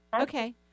Okay